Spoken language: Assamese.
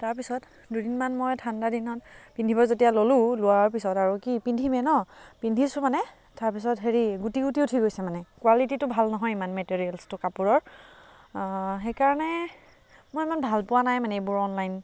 তাৰপিছত দুদিনমান মই ঠাণ্ডা দিনত পিন্ধিব যেতিয়া ল'লোঁ লোৱাৰ পিছত আৰু কি পিন্ধিমেই ন পিন্ধিছোঁ মানে তাৰপিছত হেৰি গুটি গুটি উঠি গৈছে মানে কুৱালিটিটো ভাল নহয় ইমান মেটেৰিয়েলছ্টো কাপোৰৰ সেইকাৰণে মই ইমান ভাল পোৱা নাই মানে এইবোৰ অনলাইন